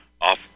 off